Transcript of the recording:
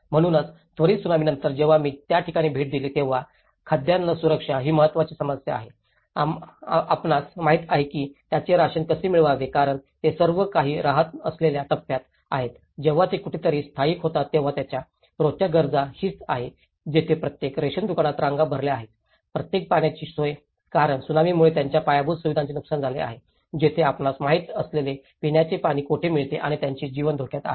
म्हणूनच त्वरित त्सुनामीनंतर जेव्हा मी त्या ठिकाणी भेट दिली तेव्हा खाद्यान्न सुरक्षा ही महत्त्वाची समस्या आहे आपणास माहित आहे की त्यांचे राशन कसे मिळवावे कारण ते सर्व काही राहत असलेल्या टप्प्यात आहेत जेव्हा ते कुठेतरी स्थायिक होतात तेव्हा त्यांच्या रोजच्या गरजा हीच आहेत जिथे प्रत्येक रेशन दुकानात रांगा भरल्या आहेत प्रत्येक पाण्याची सोय कारण त्सुनामीमुळे त्यांच्या पायाभूत सुविधांचे नुकसान झाले आहे जिथे आपणास माहित असलेले पिण्याचे पाणी कोठे मिळते आणि त्यांचे जीवन धोक्यात आहे